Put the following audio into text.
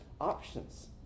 options